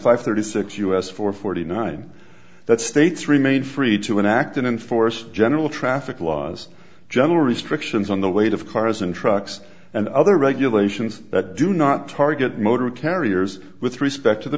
five thirty six us four forty nine that states remain free to enact and enforce general traffic laws general restrictions on the weight of cars and trucks and other regulations that do not target motor carriers with respect to the